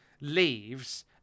leaves